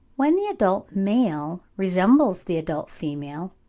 when the adult male resembles the adult female,